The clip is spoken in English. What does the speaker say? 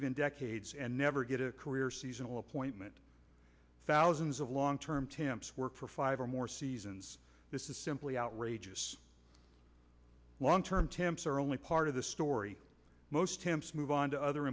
even decades and never get a career seasonal appointment thousands of long term temps work for five or more seasons this is simply outrageous long term temps are only part of the story most temps move on to other